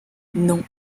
non